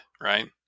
right